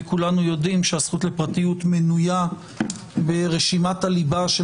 וכולנו יודעים שהזכות לפרטיות מנויה ברשימת הליבה של